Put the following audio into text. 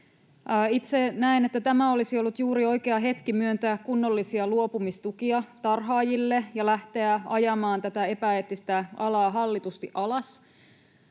Itse näen, että tämä olisi ollut juuri oikea hetki myöntää kunnollisia luopumistukia tarhaajille ja lähteä ajamaan tätä epäeettistä alaa hallitusti alas.